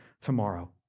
tomorrow